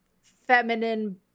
feminine